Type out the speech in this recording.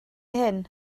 hyn